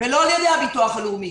ולא על-ידי הביטוח הלאומי.